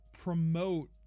promote